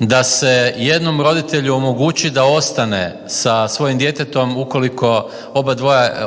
da se jednom roditelju omogući da ostane sa svojim djetetom ukoliko